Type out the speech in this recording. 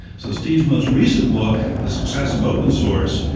so steve's most recent book, the success of open source,